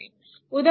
उदा